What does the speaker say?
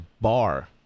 bar